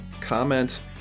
comment